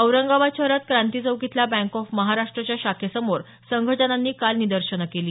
औरंगाबाद शहरात क्रांती चौक इथल्या bank of महाराष्ट्रच्या शाखेसमोर संघटनांनी काल निदर्शनं केली